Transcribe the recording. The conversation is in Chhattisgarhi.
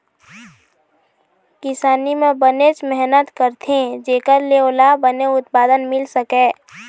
किसानी म बनेच मेहनत करथे जेखर ले ओला बने उत्पादन मिल सकय